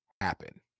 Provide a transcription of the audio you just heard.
happen